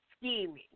scheming